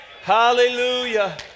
Hallelujah